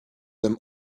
them